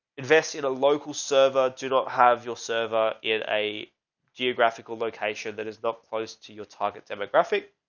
invest in a local server. do not have your server in a geographical location that is not close to your target demographic.